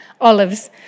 Olives